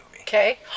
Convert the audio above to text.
Okay